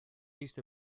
east